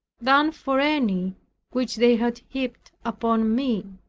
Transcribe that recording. than for any which they had heaped upon me.